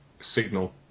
signal